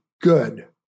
good